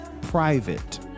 private